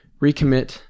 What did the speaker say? recommit